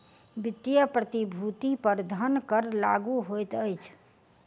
वित्तीय प्रतिभूति पर धन कर लागू होइत अछि